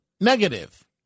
negative